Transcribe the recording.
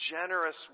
generous